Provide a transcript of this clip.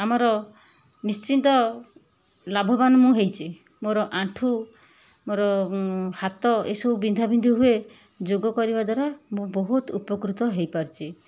ଆମର ନିଶ୍ଚିତ ଲାଭବାନ୍ ମୁଁ ହେଇଛି ମୋର ଆଣ୍ଠୁ ମୋର ହାତ ଏସବୁ ବିନ୍ଧା ବିନ୍ଧି ହୁଏ ଯୋଗ କରିବା ଦ୍ୱାରା ମୁଁ ବହୁତ ଉପକୃତ ହେଇପାରିଛି